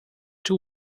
two